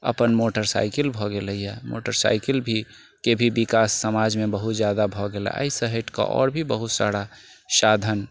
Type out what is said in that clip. अपन मोटरसाइकिल भऽ गेलैया मोटरसाइकिलके भी विकास समाजमे बहुत जादा भऽ गेलैया एहिसँ हटि कऽ आओर भी बहुत सारा साधन